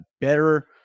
better